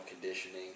conditioning